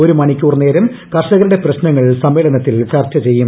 ഒരു മണിക്കൂർ നേരം കർഷകരുടെ പ്രശ്നങ്ങൾ സമ്മേളനത്തിൽ ചർച്ച്ച്ചെയ്യും